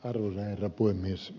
arvoisa herra puhemies